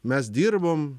mes dirbom